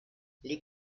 les